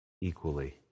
equally